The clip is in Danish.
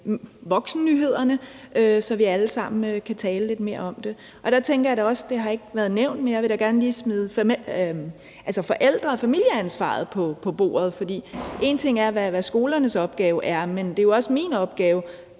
voksennyhederne, så vi alle sammen kan tale lidt mere om det? Der tænker jeg også – det har ikke været nævnt – at jeg da gerne lige vil smide forældre- og familieansvaret på bordet. For én ting er, hvad skolernes opgave er, men det er jo også min opgave